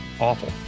awful